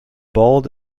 bald